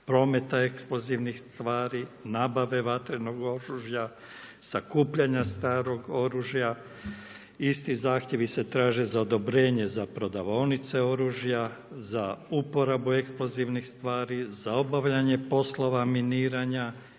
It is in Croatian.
prometa eksplozivnih stvari, nabave vatrenog oružja, sakupljanje starog oružja. Svi ti zahtjevi se traće za odobrenje za prodavaonice oružja, za uporabu eksplozivnih stvari, za obavljanje poslova miniranja,